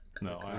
no